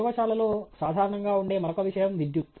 ప్రయోగశాలలో సాధారణంగా ఉండే మరొక విషయం విద్యుత్